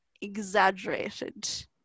exaggerated